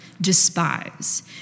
despise